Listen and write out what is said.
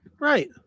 Right